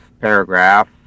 paragraph